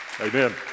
Amen